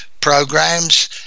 programs